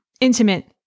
intimate